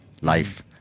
life